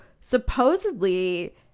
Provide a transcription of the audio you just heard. supposedly